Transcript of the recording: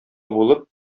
булып